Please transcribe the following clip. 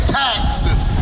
taxes